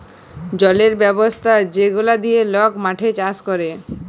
জলের ব্যবস্থা যেগলা দিঁয়ে লক মাঠে চাষ ক্যরে